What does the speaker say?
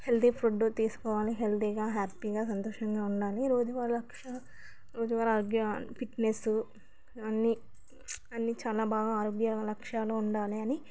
healthy food తీసుకోవాలి హెల్తీగా హ్యాపీగా సంతోషంగా ఉండాలి రోజూవారి లక్ష్య రోజూవారి ఆరోగ్యం ఫిట్నెస్సు అన్నిఅన్ని చాలా బాగా ఆరోగ్య లక్ష్యాలు ఉండాలి అని